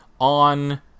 on